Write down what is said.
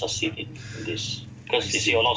I see